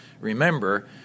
remember –